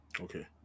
Okay